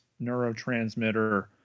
neurotransmitter